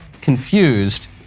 confused